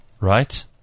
Right